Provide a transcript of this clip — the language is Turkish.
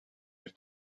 bir